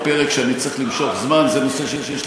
אצטרך למשוך זמן לפני ההצבעה אז זה יעזור